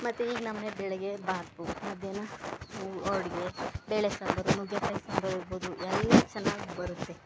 ಮತ್ತೆ ಈಗ ನಮ್ಮನೇಲಿ ಬೆಳಗ್ಗೆ ಬಾತು ಮಧ್ಯಾಹ್ನ ಹೋಳಿಗೆ ಬೇಳೆ ಸಾರು ನುಗ್ಗೆಕಾಯಿ ಸಾಂಬಾರು ಇರಬಹುದು ಎಲ್ಲ ಚೆನ್ನಾಗಿ ಬರುತ್ತೆ